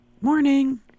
Morning